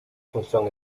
función